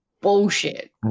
bullshit